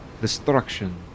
destruction